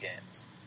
games